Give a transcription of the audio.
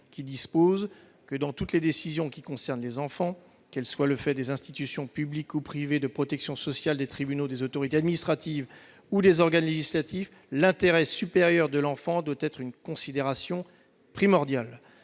dispose que, « dans toutes les décisions qui concernent les enfants, qu'elles soient le fait des institutions publiques ou privées de protection sociale, des tribunaux, des autorités administratives ou des organes législatifs, l'intérêt supérieur de l'enfant doit être une considération primordiale